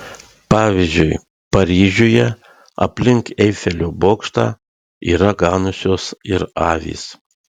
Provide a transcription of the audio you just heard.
pavyzdžiui paryžiuje aplink eifelio bokštą yra ganiusios ir avys